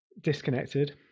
disconnected